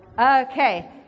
Okay